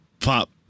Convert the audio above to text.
pop